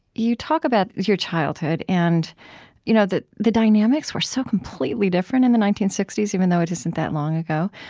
talk about your childhood. and you know the the dynamics were so completely different in the nineteen sixty s, even though it isn't that long ago.